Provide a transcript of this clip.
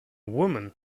woman